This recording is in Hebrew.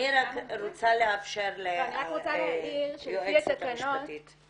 אני רק רוצה לאפשר ליועצת המשפטית -- אני רק רוצה להעיר